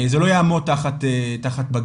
זה לא יעמוד תחת בג"צ.